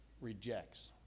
rejects